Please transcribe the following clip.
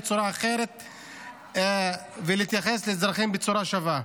הממשלה צריכה להתנהל בצורה אחרת ולהתייחס לאזרחים בצורה שווה.